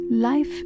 Life